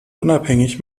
unabhängig